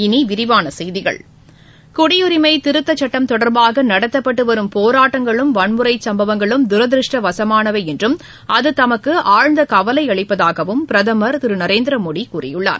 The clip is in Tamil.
இனி விரிவான செய்திகள் குடியுரிமை திருத்தச் சுட்டம் தொடர்பாக நடத்தப்பட்டு வரும் போராட்டங்களும் வன்முறை சும்பவங்களும் தூதிருஷ்டவசமானவை என்றும் அது தமக்கு ஆழ்ந்த கவலை அளிப்பதாகவும் பிரதம் திரு நரேந்திரமோடி கூறியுள்ளார்